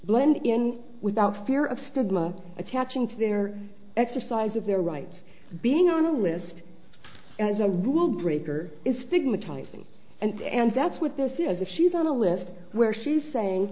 blend in without fear of stigma attaching to their exercise of their rights being on a list as a rule breaker is stigmatizing and that's what this is if she's on a list where she's